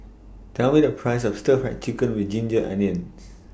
Tell Me The Price of Stir Fried Chicken with Ginger Onions